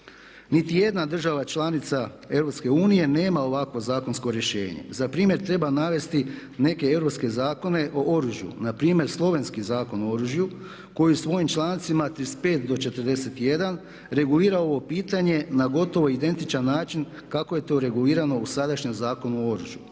Nitijedna država članica EU nema ovakvo zakonsko rješenje. Za primjer treba navesti neke europske zakone o oružju. Npr. slovenski Zakon o oružju koji svojim člancima 35. do 41. regulira ovo pitanje na gotovo identičan način kako je to regulirano u sadašnjem Zakonu o oružju.